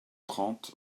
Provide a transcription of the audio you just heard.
trente